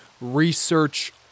research